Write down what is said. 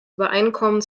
übereinkommen